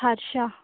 Harsha